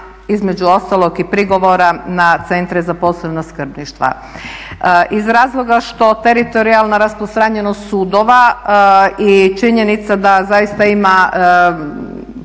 između ostalog i prigovora na centre za posebno skrbništvo, A iz razloga što teritorijalna rasprostranjenost sudova i činjenica da zaista ima